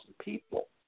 people